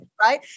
right